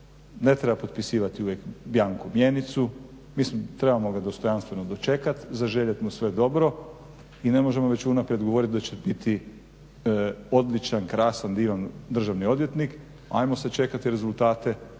Ne treba potpisivati uvijek bianco mjenicu. Mislim trebamo ga dostojanstveno dočekati, zaželjet mu sve dobro i ne možemo već unaprijed govoriti da će biti odličan, krasan, divan državni odvjetnik. Hajmo sačekati rezultate,